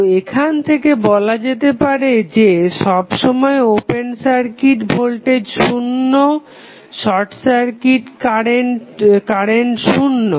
তো এখান থেকে বলা যেতে পারে যে সবসময় ওপেন সার্কিট ভোল্টেজ শুন্য শর্ট সার্কিট কারেন্ট শুন্য